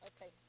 Okay